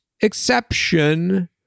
exception